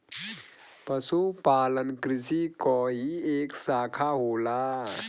पशुपालन कृषि क ही एक साखा होला